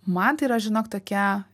man tai yra žinok tokia